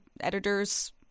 editor's